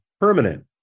permanent